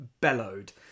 bellowed